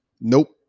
nope